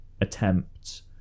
attempts